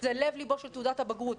זה לב לבה של תעודת הבגרות,